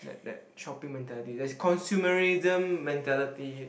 that that chopping mentality that's consumerism mentality